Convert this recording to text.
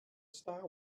star